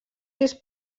sis